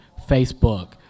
Facebook